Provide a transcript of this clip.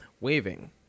waving